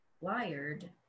wired